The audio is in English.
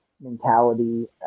mentality